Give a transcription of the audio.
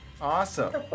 Awesome